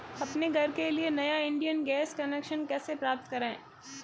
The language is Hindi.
अपने घर के लिए नया इंडियन गैस कनेक्शन कैसे प्राप्त करें?